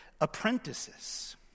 apprentices